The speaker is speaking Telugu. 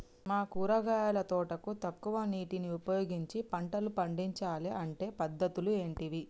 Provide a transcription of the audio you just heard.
మా కూరగాయల తోటకు తక్కువ నీటిని ఉపయోగించి పంటలు పండించాలే అంటే పద్ధతులు ఏంటివి?